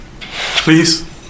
Please